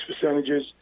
percentages